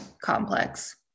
complex